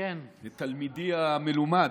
ותלמידי המלומד.